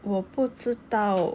我不知道